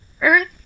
Earth